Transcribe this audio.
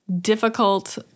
difficult